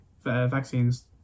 vaccines